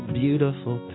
beautiful